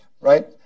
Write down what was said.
right